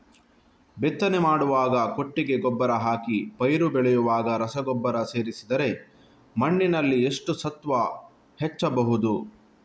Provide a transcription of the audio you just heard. ಬಿತ್ತನೆ ಮಾಡುವಾಗ ಕೊಟ್ಟಿಗೆ ಗೊಬ್ಬರ ಹಾಕಿ ಪೈರು ಬೆಳೆಯುವಾಗ ರಸಗೊಬ್ಬರ ಸೇರಿಸಿದರೆ ಮಣ್ಣಿನಲ್ಲಿ ಎಷ್ಟು ಸತ್ವ ಹೆಚ್ಚಬಹುದು?